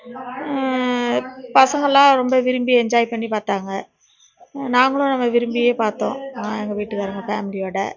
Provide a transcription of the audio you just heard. பசங்களெலாம் ரொம்ப விரும்பி என்ஜாய் பண்ணி பார்த்தாங்க நாங்களும் ரொம்ப விரும்பியே பார்த்தோம் நான் எங்கள் வீட்டுக்காரவங்க ஃபேமிலியோடு